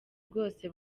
bwose